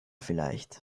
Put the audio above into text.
vielleicht